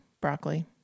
Broccoli